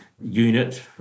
unit